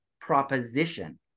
proposition